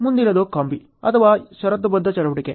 ಮುಂದಿನದು ಕಾಂಬಿ ಅಥವಾ ಷರತ್ತುಬದ್ಧ ಚಟುವಟಿಕೆ